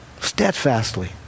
steadfastly